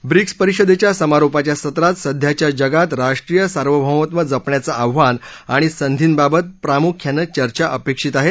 BRICS परिषदेच्या समारोपाच्या सत्रात सध्याच्या जगात राष्ट्रीय सार्वभौमत्व जपण्याचं आव्हान आणि संधींबाबत प्रामुख्यानं चर्चा अपेक्षित आहे